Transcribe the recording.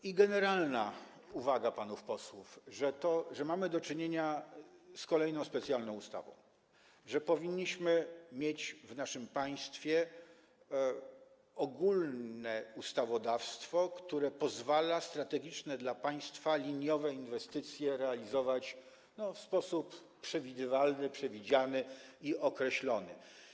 I generalna uwaga panów posłów, że mamy do czynienia z kolejną specjalną ustawą, że powinniśmy mieć w naszym państwie ogólne ustawodawstwo, które pozwala strategiczne dla państwa liniowe inwestycje realizować w sposób przewidywalny, przewidziany i określony.